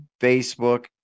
Facebook